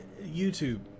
YouTube